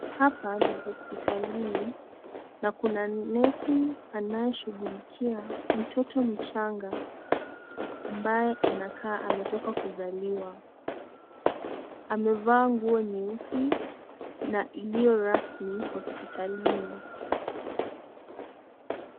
Hapa ni hospotalini, na kuna nesianayeshughulikia mtoto mchanga, ambaye anakaa kutoka kuzaliwa. Amevaa nguo nyeusi na iliyo rasmi hospitali.